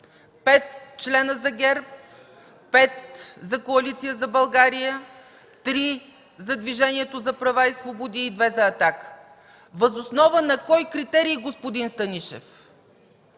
петима членове за ГЕРБ, петима за Коалиция за България, трима за Движението за права и свободи и двама за „Атака”. Въз основа на кой критерий, господин Станишев,